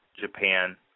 Japan